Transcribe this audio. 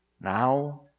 Now